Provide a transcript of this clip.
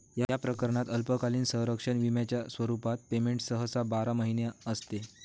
या प्रकरणात अल्पकालीन संरक्षण विम्याच्या स्वरूपात पेमेंट सहसा बारा महिने असते